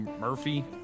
Murphy